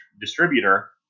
distributor